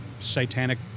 satanic